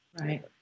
right